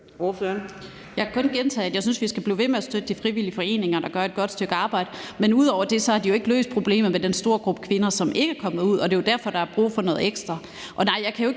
Jeg kan kun gentage, at jeg synes, at vi skal blive ved med at støtte de frivillige foreninger, der gør et godt stykke arbejde. Men ud over det vil jeg sige, at det ikke har løst problemet med den store gruppe kvinder, der ikke er kommet ud, og det er jo derfor, der er brug for noget ekstra.